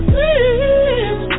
Please